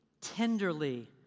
tenderly